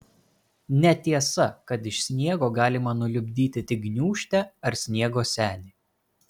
netiesa kad iš sniego galima nulipdyti tik gniūžtę ar sniego senį